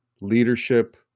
leadership